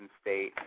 State